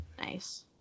Nice